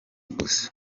gusa